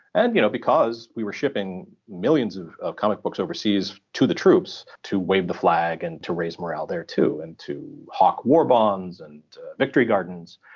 and you know because we were shipping millions of of comic books overseas to the troops to wave the flag and to raise morale there too, and to hawk war bonds and victory gardens.